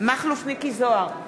מכלוף מיקי זוהר,